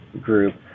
group